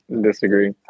Disagree